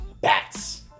Bats